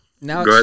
Now